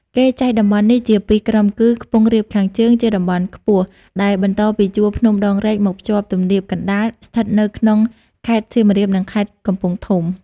គេចែកតំបន់នេះជាពីរក្រុមគឺ ខ្ពង់រាបខាងជើង ជាតំបន់ខ្ពស់ ដែលបន្តពីជួរភ្នំដងរែកមកភ្ជាប់ទំនាប កណ្តាល ស្ថិតនៅក្នុងខេត្តសៀមរាប និងខេត្តកំពង់ធំ ។